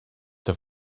have